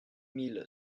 mille